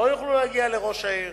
לא יוכלו להגיע לראש העיר.